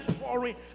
pouring